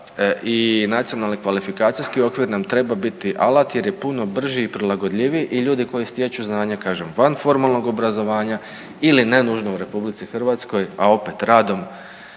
i baš zbog toga možda i NKO nam treba biti alat jer je puno brži i prilagodljiviji i ljudi koji stječu znanje kažem van formalnog obrazovanja ili ne nužno u RH, a opet radom